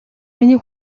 миний